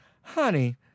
honey